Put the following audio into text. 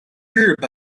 日本